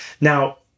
Now